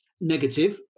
negative